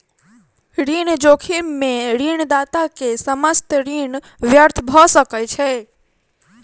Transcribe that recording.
ऋण जोखिम में ऋणदाता के समस्त ऋण व्यर्थ भ सकै छै